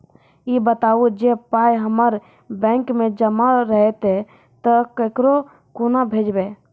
ई बताऊ जे पाय हमर बैंक मे जमा रहतै तऽ ककरो कूना भेजबै?